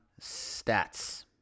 stats